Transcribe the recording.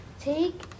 Take